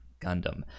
Gundam